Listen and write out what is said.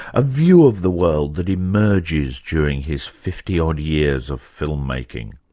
a view of the world that emerges during his fifty odd years of film making?